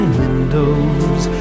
windows